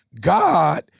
God